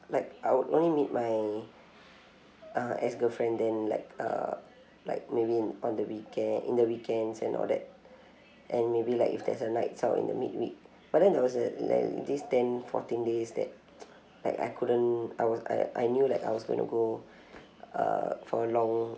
like I would only meet my uh ex girlfriend then like uh like maybe in on the weekend in the weekends and all that and maybe like if there's a nights out in the midweek but then there was a and then this ten fourteen days that like I couldn't I was I I knew like I was going to go uh for a long